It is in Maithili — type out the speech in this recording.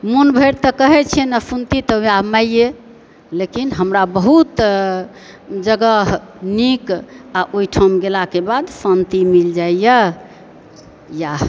मन भरि तऽ कहय छियैन सुनती तऽ वएह माइए लेकिन हमरा बहुत जगह नीक आ ओहिठाम गेलाके बाद शान्ति मिल जाइए इएह